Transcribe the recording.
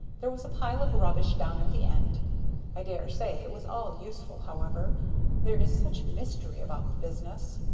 there was a pile of rubbish down at the end i dare say it was all useful, however there is such mystery about the business.